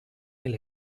mil